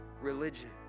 religion